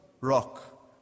rock